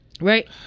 right